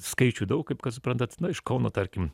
skaičių daug kaip kad suprantat iš kauno tarkim